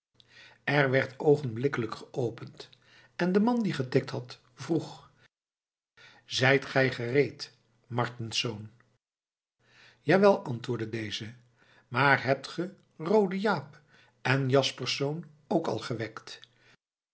er werd oogenblikkelijk geopend en de man die getikt had vroeg zijt gij gereed martensz jawel antwoordde deze maar hebt ge roode jaap en jaspersz ook al gewekt